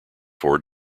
four